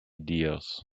dears